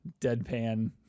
deadpan